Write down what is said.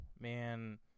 man